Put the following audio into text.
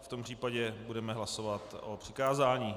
V tom případě budeme hlasovat o přikázání.